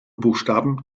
buchstaben